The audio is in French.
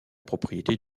propriété